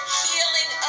healing